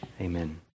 Amen